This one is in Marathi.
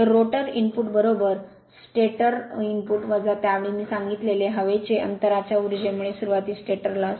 तर रोटर इनपुट स्टेटर इनपुट त्यावेळी मी सांगितलेल हवेचे अंतराच्या ऊर्जेमुळे सुरूवातीस स्टेटर लॉस